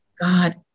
God